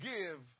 give